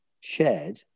shared